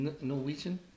Norwegian